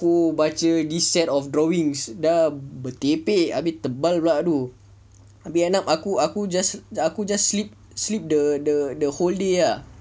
baca these set of drawings dah bertepek abeh tebal pula tu abeh end up aku aku just aku just sleep sleep the the whole day ah